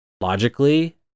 logically